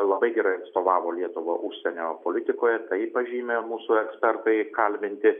labai gerai atstovavo lietuvą užsienio politikoje tai pažymi mūsų ekspertai kalbinti